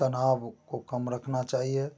तनाव को कम रखना चाहिए